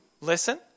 listen